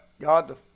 God